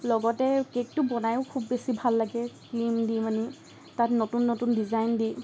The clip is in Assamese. লগতে কেকটো বনাইও খুব বেছি ভাল লাগে ক্ৰিম দি মানে তাত নতুন নতুন ডিজাইন দি